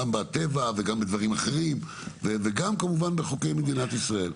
גם בטבע וגם בדברים אחרים וכמובן בחוקי מדינת ישראל.